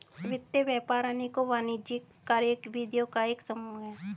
वित्त व्यापार अनेकों वाणिज्यिक कार्यविधियों का एक समूह है